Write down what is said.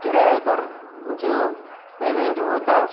کرایے پر جو پیمنٹ ہوتا